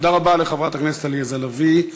תודה רבה לחברת הכנסת עליזה לביא.